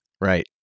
right